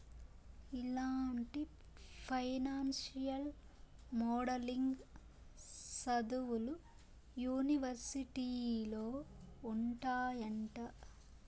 ఇలాంటి financial modelling సదువులు యూనివర్సిటీలో ఉంటాయంట